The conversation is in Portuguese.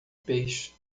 peixe